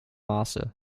maße